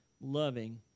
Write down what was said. loving